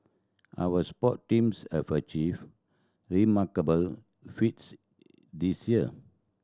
our sport teams have achieved remarkable feats this year